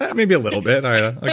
yeah maybe a little bit. i'll ah